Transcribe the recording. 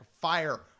fire